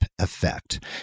Effect